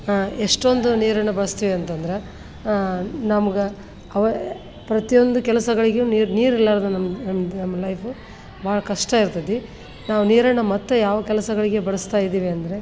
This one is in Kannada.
ಎಷ್ಟೊಂದು ನೀರನ್ನು ಬಳಸ್ತೀವಿ ಅಂತಂದ್ರೆ ನಮ್ಗೆ ಅವು ಪ್ರತಿಯೊಂದು ಕೆಲಸಗಳಿಗೂ ನೀರು ನೀರಿರ್ಲಾರ್ದೆ ನಮ್ಮ ನಮ್ದು ನಮ್ಮ ಲೈಫು ಭಾಳ ಕಷ್ಟ ಇರ್ತೈತಿ ನಾವು ನೀರನ್ನು ಮತ್ತೆ ಯಾವ ಕೆಲಸಗಳಿಗೆ ಬಳಸ್ತಾ ಇದ್ದೀವಿ ಅಂದರೆ